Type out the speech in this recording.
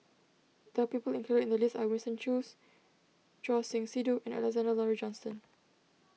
the people included in the list are Winston Choos Choor Singh Sidhu and Alexander Laurie Johnston